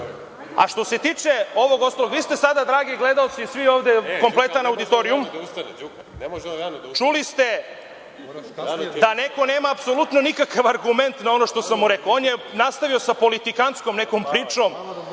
se tiče ovog ostalog, vi ste sada dragi gledaoci i svi ovde, kompletan auditorijum, čuli ste da neko nema apsolutno nikakav argument na ono što sam mu rekao. On je nastavio sa politikantskom nekom pričom,